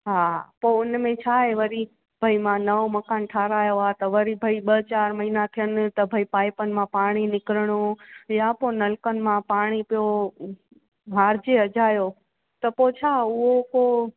हा पोइ हुनमें छा आहे वरी भई मां नओं मकानु ठाहिरायो आहे त वरी भई ॿ चारि महीना थियण त बई पाईपनि मां पाणी निकिरिणो या पोइ नलकनि मां पाणी पियो हारिजे अजायो त पोइ छा उहो पोइ